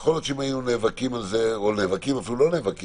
יכול להיות שאם היינו נאבקים על זה אפילו לא נאבקים